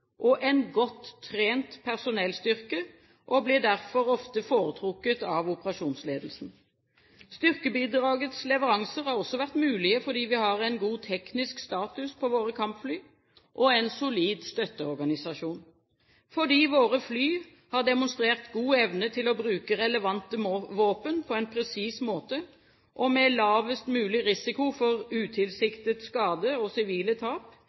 og en godt trent personellstyrke og blir derfor ofte foretrukket av operasjonsledelsen. Styrkebidragets leveranser har også vært mulige fordi vi har en god teknisk status på våre kampfly og en solid støtteorganisasjon. Fordi våre fly har demonstrert god evne til å bruke relevante våpen på en presis måte og med lavest mulig risiko for utilsiktet skade og sivile tap,